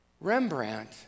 Rembrandt